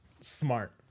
smart